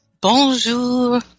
Bonjour